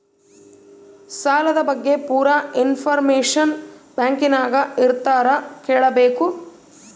ಸಾಲದ ಬಗ್ಗೆ ಪೂರ ಇಂಫಾರ್ಮೇಷನ ಬ್ಯಾಂಕಿನ್ಯಾಗ ಯಾರತ್ರ ಕೇಳಬೇಕು?